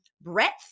breadth